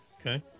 Okay